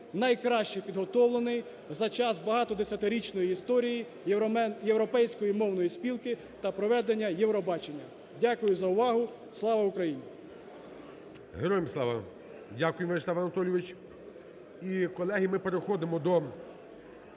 найкраще підготовленої за час багато десятирічної історії європейської мовної спілки та проведення Євробачення. Дякую за увагу. Слава Україні! ГОЛОВУЮЧИЙ. Героям слава! Дякуємо, В'ячеслав Анатолійович.